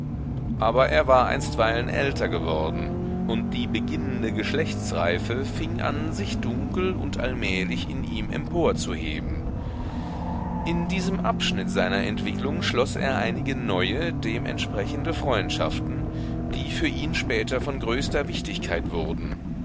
aber er war einstweilen älter geworden und die beginnende geschlechtsreife fing an sich dunkel und allmählich in ihm emporzuheben in diesem abschnitt seiner entwicklung schloß er einige neue dementsprechende freundschaften die für ihn später von größter wichtigkeit wurden